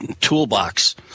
toolbox